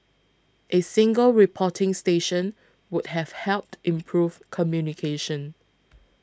a single reporting station would have helped improve communication